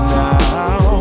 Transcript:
now